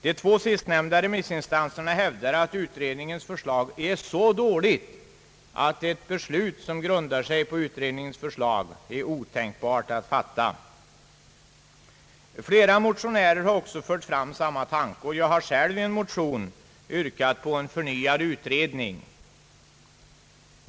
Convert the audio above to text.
De två sistnämnda remissinstanserna hävdar att utredningens förslag är så dåligt underbyggt att ett beslut som grundar sig på detta är otänkbart. Flera motionärer har också fört fram samma tanke. Jag har själv i en motion yrkat på en förnyad utredning.